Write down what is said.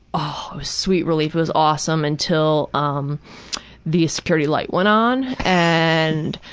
ah sweet relief, it was awesome until um the security light went on. and,